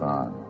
on